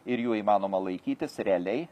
ir jų įmanoma laikytis realiai